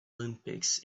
olympics